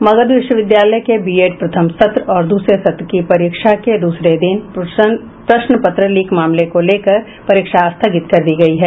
मगध विश्वविद्यालय के बीएड प्रथम सत्र और दूसरे सत्र की परीक्षा के दूसरे दिन प्रश्न पत्र लीक मामले को लेकर परीक्षा स्थगित कर दी गयी है